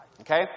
Okay